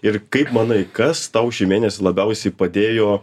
ir kaip manai kas tau šį mėnesį labiausiai padėjo